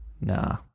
Nah